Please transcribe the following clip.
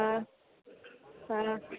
हँ हँ